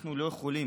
אנחנו לא יכולים.